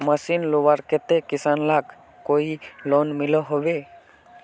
Machine लुबार केते किसान लाक कोई लोन मिलोहो होबे?